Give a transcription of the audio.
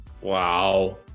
Wow